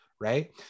right